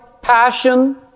passion